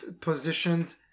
positioned